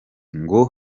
ngo